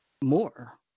more